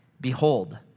Behold